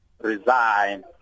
resign